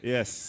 Yes